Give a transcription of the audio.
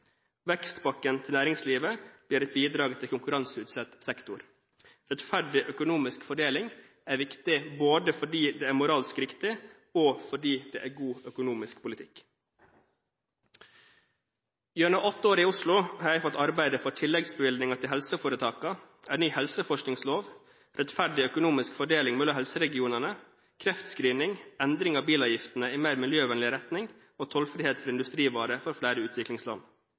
Vekstpakken til næringslivet blir et bidrag til konkurranseutsatt sektor. Rettferdig økonomisk fordeling er viktig både fordi det er moralsk riktig, og fordi det er god økonomisk politikk. Gjennom åtte år i Oslo har jeg fått arbeide for tilleggsbevilgninger til helseforetakene, en ny helseforskningslov, rettferdig økonomisk fordeling mellom helseregionene, kreftscreening, endring av bilavgiftene i mer miljøvennlig retning og tollfrihet for industrivarer for flere utviklingsland.